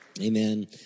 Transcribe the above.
Amen